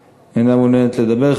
אני, אינה מעוניינת לדבר.